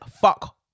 Fuck